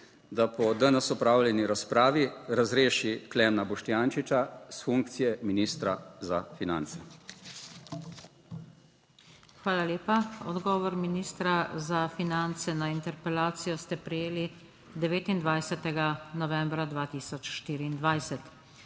da po danes opravljeni razpravi razreši Klemna Boštjančiča s funkcije ministra za finance. **PODPREDSEDNICA NATAŠA SUKIČ:** Hvala lepa. Odgovor ministra za finance na interpelacijo ste prejeli 29. novembra 2024.